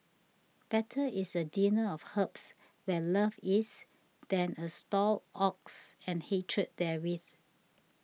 better is a dinner of herbs where love is than a stalled ox and hatred therewith